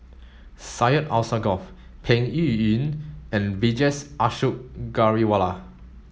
Syed Alsagoff Peng Yuyun and Vijesh Ashok Ghariwala